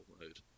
mode